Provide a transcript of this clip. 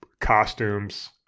Costumes